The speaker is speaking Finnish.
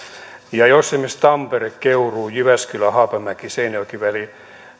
jos esimerkiksi tampere keuruu ja jyväskylä haapamäki seinäjoki välien